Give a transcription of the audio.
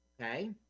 okay